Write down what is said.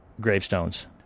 gravestones